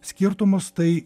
skirtumus tai